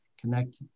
connect